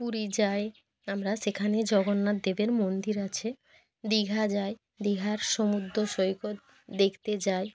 পুরী যাই আমরা সেখানে জগন্নাথ দেবের মন্দির আছে দীঘা যাই দীঘার সমুদ্র সৈকত দেখতে যাই